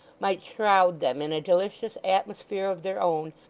might shroud them in a delicious atmosphere of their own,